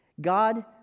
God